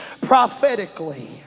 prophetically